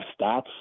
stats